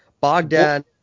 Bogdan